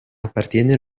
appartiene